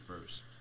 first